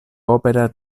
opera